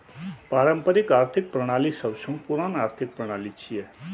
पारंपरिक आर्थिक प्रणाली सबसं पुरान आर्थिक प्रणाली छियै